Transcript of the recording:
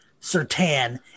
Sertan